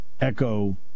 echo